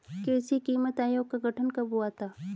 कृषि कीमत आयोग का गठन कब हुआ था?